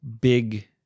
big